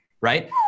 right